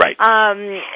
Right